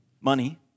money